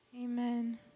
Amen